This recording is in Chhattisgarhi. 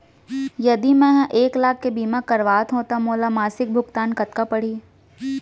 यदि मैं ह एक लाख के बीमा करवात हो त मोला मासिक भुगतान कतना पड़ही?